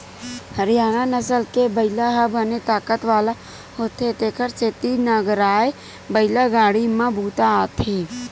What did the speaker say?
हरियाना नसल के बइला ह बने ताकत वाला होथे तेखर सेती नांगरए बइला गाड़ी म बूता आथे